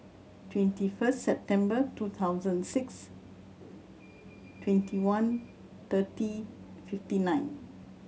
twenty first September two thousand six twenty one thirty fifty nine